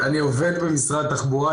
אני עובד במשרד התחבורה,